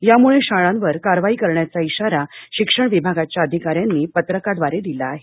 यामुळे शाळांवर कारवाई करण्याचा इशारा शिक्षण विभागाच्या अधिकाऱ्यांनी पत्रकाद्वारे दिला आहे